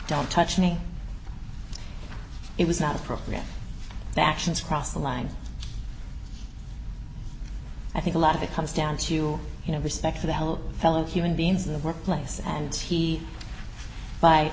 don't touch me it was not a program that actions cross the line i think a lot of it comes down to you know respect for the whole fellow human beings in the workplace and he by